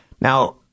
Now